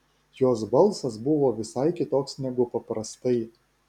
jos balsas buvo visai kitoks negu paprastai